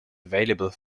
available